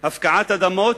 הפקעת אדמות,